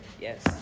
Yes